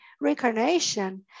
reincarnation